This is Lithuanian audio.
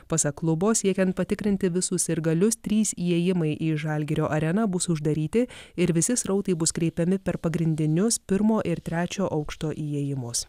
pasak klubo siekiant patikrinti visus sirgalius trys įėjimai į žalgirio arena bus uždaryti ir visi srautai bus kreipiami per pagrindinius pirmo ir trečio aukšto įėjimus